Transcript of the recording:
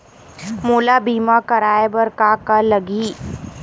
मोला बीमा कराये बर का का लगही?